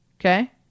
Okay